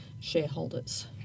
shareholders